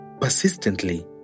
persistently